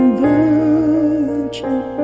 virgin